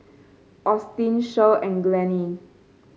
Austin Shirl and Glennie